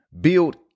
build